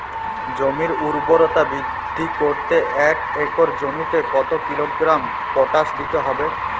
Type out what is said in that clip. জমির ঊর্বরতা বৃদ্ধি করতে এক একর জমিতে কত কিলোগ্রাম পটাশ দিতে হবে?